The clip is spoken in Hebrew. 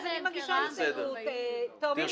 אז אני מגישה הסתייגות, תומר.